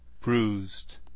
Bruised